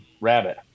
rabbit